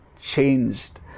changed